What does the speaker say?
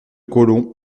colomb